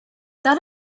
that